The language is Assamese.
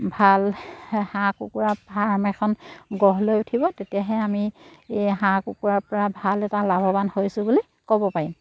ভাল হাঁহ কুকুৰা ফাৰ্ম এখন গঢ় লৈ উঠিব তেতিয়াহে আমি এই হাঁহ কুকুৰাৰপৰা ভাল এটা লাভৱান হৈছোঁ বুলি ক'ব পাৰিম